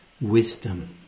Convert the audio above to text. wisdom